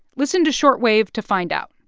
listen to short wave to find out.